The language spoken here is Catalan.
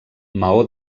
maó